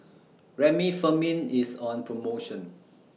Remifemin IS on promotion